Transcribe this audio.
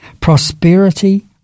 prosperity